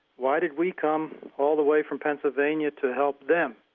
why did we come all the way from pennsylvania to help them?